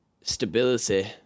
stability